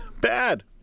Bad